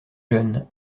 jeune